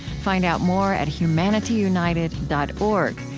find out more at humanityunited dot org,